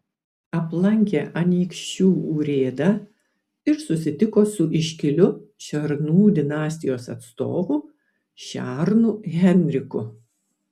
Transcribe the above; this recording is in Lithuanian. aplankė anykščių urėdą ir susitiko su iškiliu šernų dinastijos atstovu šernu henriku